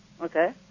Okay